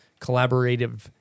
collaborative